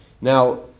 Now